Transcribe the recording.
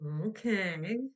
Okay